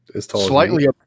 slightly